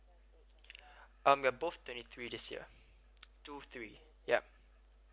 um we are both twenty three this year two three yup